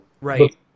Right